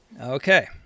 Okay